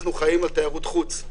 אנחנו חיים על תיירות חוץ.